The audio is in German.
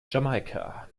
jamaika